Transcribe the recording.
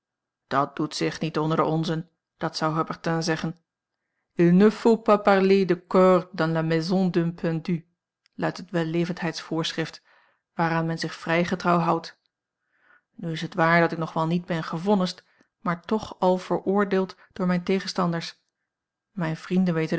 dat doet zich niet onder de onzen zou haubertin zeggen il ne faut pas parler de corde dans la maison d'un pendu luidt het wellevendheidsvoorschrift waaraan men zich vrij getrouw houdt nu is het waar dat ik nog wel niet ben gevonnisd maar toch al veroordeeld door mijne tegenstanders mijne vrienden